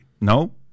No